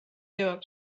jõuab